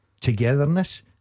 togetherness